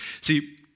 See